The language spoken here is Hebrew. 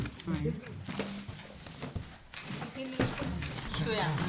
בשעה 13:38.